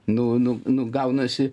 nu nu nu gaunasi